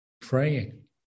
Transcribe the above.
Praying